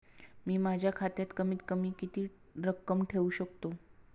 मी माझ्या खात्यात कमीत कमी किती रक्कम ठेऊ शकतो?